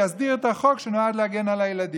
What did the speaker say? יסדיר את החוק שנועד להגן על הילדים.